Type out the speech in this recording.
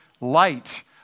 light